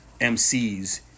MCs